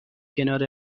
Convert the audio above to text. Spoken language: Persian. کنار